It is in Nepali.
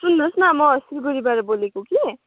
सुन्नुहोस् न म सिलगढीबाट बोलेको कि